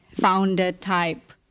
founder-type